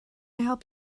help